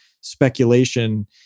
speculation